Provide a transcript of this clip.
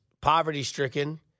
poverty-stricken